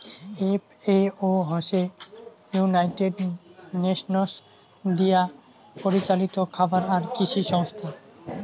FAO হসে United Nations দিয়াপরিচালিত খাবার আর কৃষি সংস্থা